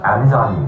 Amazon